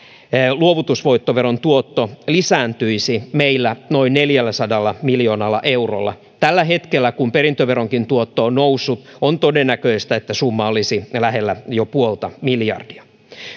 luovutusvoittoveron tuotto lisääntyisi meillä noin neljälläsadalla miljoonalla eurolla tällä hetkellä kun perintöveronkin tuotto on noussut on todennäköistä että summa olisi lähellä jo puolta miljardia